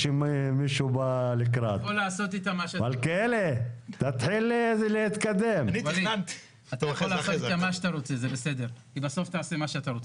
שיבדקו.